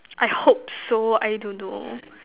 I hope so I don't know